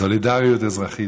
סולידריות אזרחית.